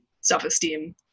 self-esteem